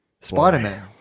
Spider-Man